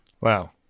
Wow